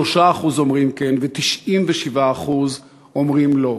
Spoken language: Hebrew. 3% אומרים כן ו-97% אומרים לא.